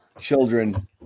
children